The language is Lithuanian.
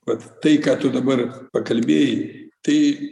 vat tai ką tu dabar pakalbėjai tai